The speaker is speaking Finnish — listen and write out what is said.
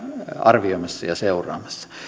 arvioimassa ja seuraamassa